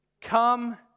Come